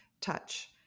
touch